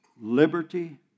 liberty